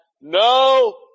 no